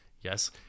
yes